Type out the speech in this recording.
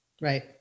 Right